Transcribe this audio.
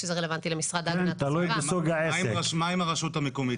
מה עם הרשות המקומית?